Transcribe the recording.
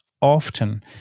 often